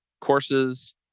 courses